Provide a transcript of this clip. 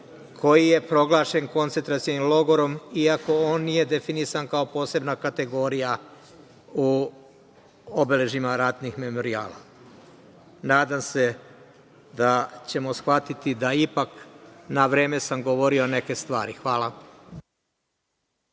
koji je proglašen koncentracionim logorom iako on nije definisan kao posebna kategorija u obeležjima ratnih memorijala. Nadam se da ćemo shvatiti da sam ipak na vreme govorio neke stvari. Hvala.